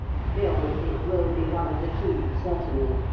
still, it will be one of the two certainly?